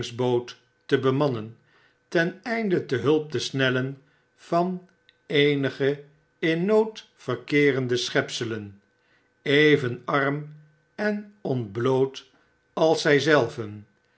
te bemannen ten einde te hulp te snellen van eenige in nood verkeerende schepselen even arm en ontbloot als zij zelven